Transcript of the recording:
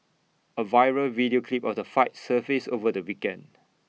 A viral video clip of the fight surfaced over the weekend